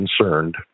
concerned